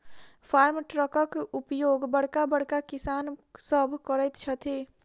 farm ट्रकक उपयोग बड़का बड़का किसान सभ करैत छथि